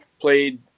played